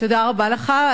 תודה רבה לך.